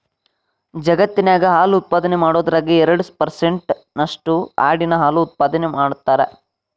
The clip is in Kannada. ಜಗತ್ತಿನ್ಯಾಗ ಹಾಲು ಉತ್ಪಾದನೆ ಮಾಡೋದ್ರಾಗ ಎರಡ್ ಪರ್ಸೆಂಟ್ ನಷ್ಟು ಆಡಿನ ಹಾಲು ಉತ್ಪಾದನೆ ಮಾಡ್ತಾರ